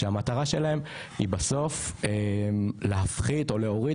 שהמטרה שלהם היא בסוף להפחית או להוריד